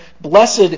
blessed